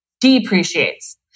depreciates